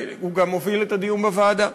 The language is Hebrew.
הוא גם הוביל את הדיון בוועדה.